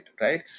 right